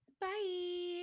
bye